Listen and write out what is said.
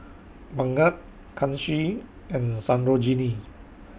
Bhagat Kanshi and Sarojini